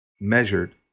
measured